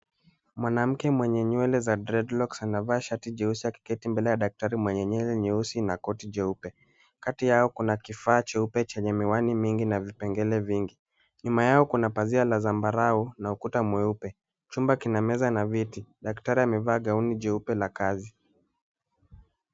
Mwanamke mwenye nywele za dreadlocks anavaa shati jeusi akiketi mbele ya daktari mwenye nywele nyeusi na koti jeupe. Kati yao kuna kifaa cheupe chenye miwani mingi na vipengele vingi. Nyuma yao kuna pazia la zambarau na ukuta mweupe. Chumba kina meza na viti, daktari amevaa gauni jeupe la kazi.